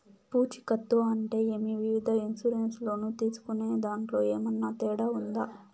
పూచికత్తు అంటే ఏమి? వివిధ ఇన్సూరెన్సు లోను తీసుకునేదాంట్లో ఏమన్నా తేడా ఉందా?